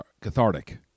cathartic